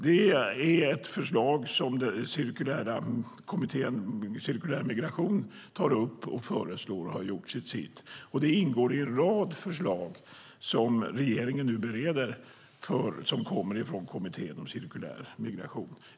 Det är ett förslag som Kommittén för cirkulär migration och utveckling tar upp och har gjort till sitt, och det ingår i en rad förslag som regeringen nu bereder från kommittén.